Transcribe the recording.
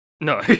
No